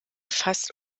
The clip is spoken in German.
fast